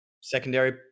secondary